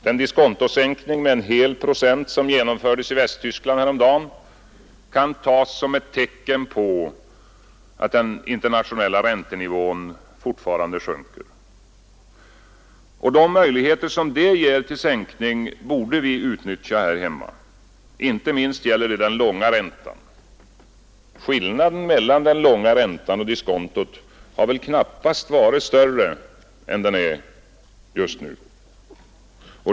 Den diskontosänkning med en hel procent som genomfördes i Västtyskland häromdagen kan tas som ett tecken på att den internationella räntenivån fortfarande sjunker. De möjligheter som det ger till sänkning här hemma borde vi utnyttja, inte minst när det gäller den långa räntan. Skillnaden mellan den långa räntan och diskontot har knappast varit större än den är just nu.